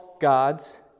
gods